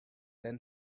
then